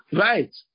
Right